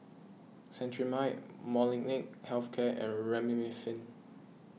Cetrimide Molnylcke Health Care and Remifemin